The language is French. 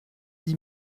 dix